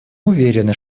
уверены